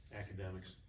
academics